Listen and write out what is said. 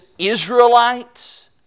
Israelites